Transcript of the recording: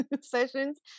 sessions